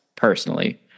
Personally